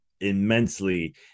immensely